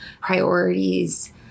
priorities